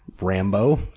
Rambo